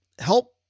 help